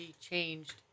changed